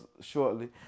shortly